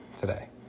today